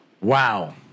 Wow